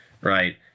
right